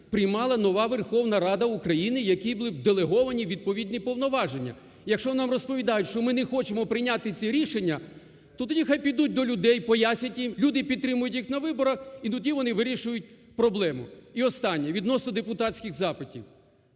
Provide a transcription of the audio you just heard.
приймала нова Верховна Рада України, якій би були б делеговані відповідні повноваження. Якщо нам розповідають, що ми не хочемо прийняти ці рішення, то тоді хай підуть до людей, пояснять їм, люди підтримають їх на виборах і тоді вони вирішують проблему. І останнє, відносно депутатських запитів.